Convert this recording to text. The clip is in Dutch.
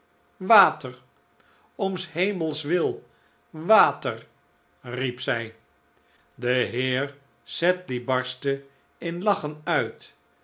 water om s hemels wil water riep zij de heer sedley barstte in lachen uit